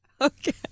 Okay